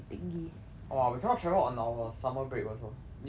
!wah! we cannot travel on our summer break also uni first year I cannot